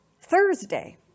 Thursday